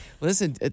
Listen